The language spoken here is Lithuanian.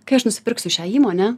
kai aš nusipirksiu šią įmonę